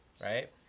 right